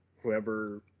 whoever